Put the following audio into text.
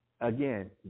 again